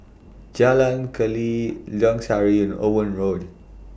Jalan Keli Lorong Sari and Owen Road